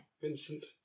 Vincent